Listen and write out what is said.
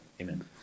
Amen